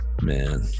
man